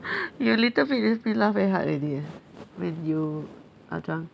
you little bit makes me laugh very hard already eh when you are drunk